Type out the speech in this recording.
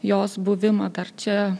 jos buvimą dar čia